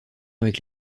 avec